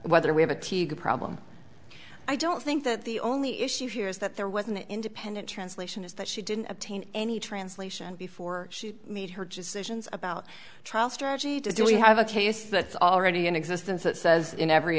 whether we have a t v problem i don't think that the only issue here is that there was an independent translation is that she didn't obtain any translation before she made her decision about trial strategy do we have a case that's already in existence that says in every